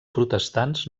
protestants